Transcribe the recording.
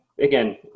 again